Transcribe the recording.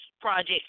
Project